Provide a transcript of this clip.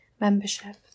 membership